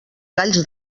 galls